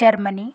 Germany